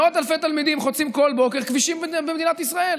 מאות אלפי תלמידים חוצים כל בוקר כבישים במדינת ישראל.